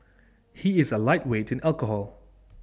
he is A lightweight in alcohol